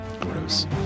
Gross